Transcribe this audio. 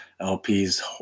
LPs